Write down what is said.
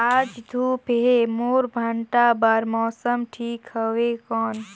आज धूप हे मोर भांटा बार मौसम ठीक हवय कौन?